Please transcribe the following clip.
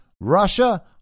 Russia